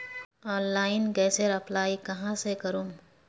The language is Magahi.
ऑनलाइन गैसेर अप्लाई कहाँ से करूम?